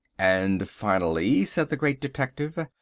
and finally, said the great detective,